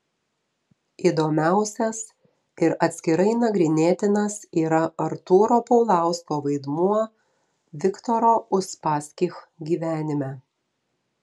įdomiausias ir atskirai nagrinėtinas yra artūro paulausko vaidmuo viktoro uspaskich gyvenime